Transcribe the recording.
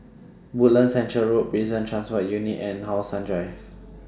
Woodlands Centre Road Prison Transport Unit and How Sun Drive